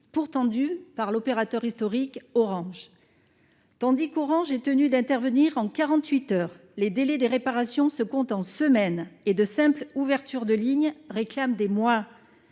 pour tendu par l'opérateur historique Orange, tandis qu'Orange est tenu d'intervenir en 48 heures, les délais de réparation se compte en semaines et de simples ouverture de ligne réclame des mois